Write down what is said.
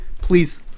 Please